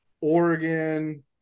Oregon